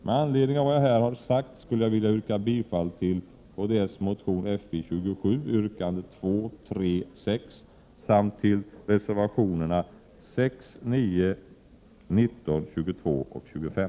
Med anledning av vad jag här har sagt skulle jag vilja yrka bifall till kds motion Fi27 samt till reservationerna 6, 9, 19, 22 och 25.